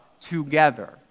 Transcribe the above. together